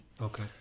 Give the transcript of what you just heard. Okay